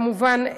כמובן,